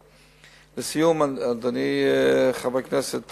לסיום, אדוני חבר הכנסת אזולאי,